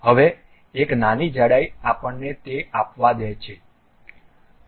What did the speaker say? હવે એક નાની જાડાઈ આપણને તે આપવા દે છે